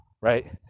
Right